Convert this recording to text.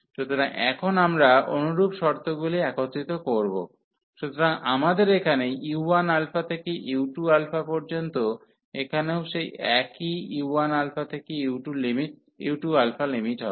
সুতরাং এখন আমরা অনুরূপ শর্তগুলি একত্রিত করব সুতরাং আমাদের এখানে u1 থেকে u2 পর্যন্ত এখানেও সেই একই u1 থেকে u2 লিমিট হবে